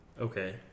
Okay